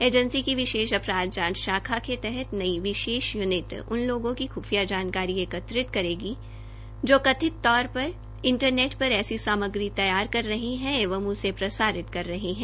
agency की विशेष अपराध जांच शाखा के तहत नई विशेष यूनिट उन लोगों की ख्फिया जानकारी एकत्रित करेगी जो कथित तौर पर इंटरनेट पर ऐसी सामग्री तैयार कर रहे है एवं उसे प्रसारित कर रहे है